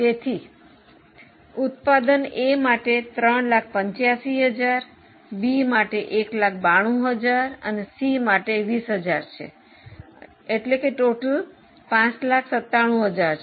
તેથી ઉત્પાદન એ માટે 385000 બી માટે 192000 અને સી માટે 20000 છે અને કુલ 597000 છે